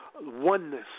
oneness